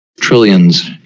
trillions